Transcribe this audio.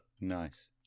nice